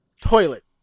toilet